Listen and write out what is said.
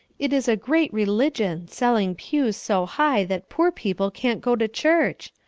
it is a great religion, selling pews so high that poor people can't go to church.